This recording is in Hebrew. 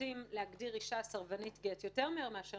נוטים להגדיר אישה סרבנית גט יותר מהר מאשר